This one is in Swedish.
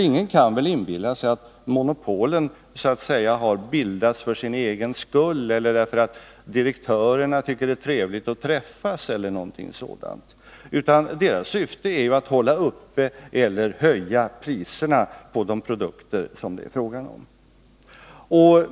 Ingen kan väl inbilla sig att monopolen så att säga har bildats för sin egen skull — eller därför att direktörerna tycker att det är trevligt att träffas, eller av någon liknande anledning. Monopolens syfte är ju att upprätthålla eller höja priserna på de produkter som det är fråga om.